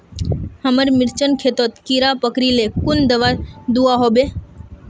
हमार मिर्चन खेतोत कीड़ा पकरिले कुन दाबा दुआहोबे?